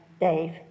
Dave